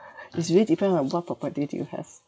it's really depend on what property do you have